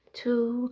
two